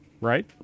Right